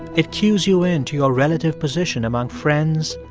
it cues you in to your relative position among friends,